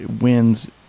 wins